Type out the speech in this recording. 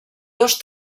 dos